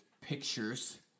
pictures